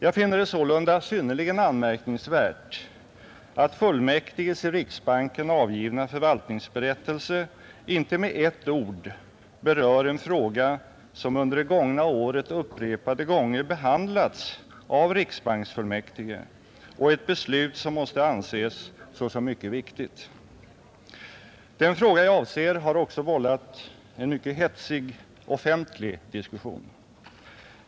Jag finner det sålunda synnerligen anmärkningsvärt att fullmäktiges i riksbanken avgivna förvaltningsberättelse inte med ett ord berör en fråga, som under det gångna året upprepade gånger behandlats av riksbanksfullmäktige, och ett beslut, som måste anses såsom mycket viktigt. Den fråga jag avser har också vållat en mycket hetsig offentlig diskussion.